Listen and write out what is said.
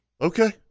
Okay